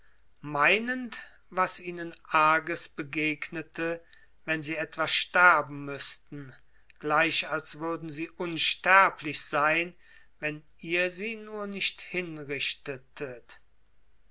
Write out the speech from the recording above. meinend was ihnen arges begegnete wenn sie etwa sterben müßten gleich als würden sie unsterblich sein wenn ihr sie nur nicht hinrichtetet